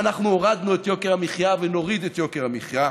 ואנחנו הורדנו את יוקר המחיה ונוריד את יוקר המחיה.